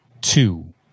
two